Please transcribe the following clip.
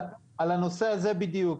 על הנושא הזה בדיוק.